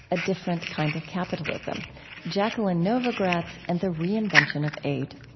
a different kind of capitalism jacqueline novogratz and the reinvention of aid.